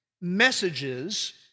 messages